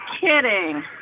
kidding